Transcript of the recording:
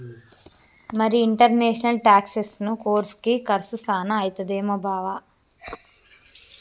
మరి ఇంటర్నేషనల్ టాక్సెసను కోర్సుకి కర్సు సాన అయితదేమో బావా